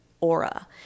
aura